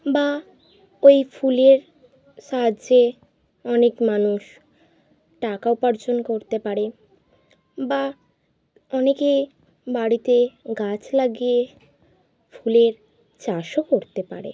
বা ওই ফুলের সাহায্যে অনেক মানুষ টাকা উপার্জন করতে পারে বা অনেকে বাড়িতে গাছ লাগিয়ে ফুলের চাষও করতে পারে